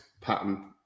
pattern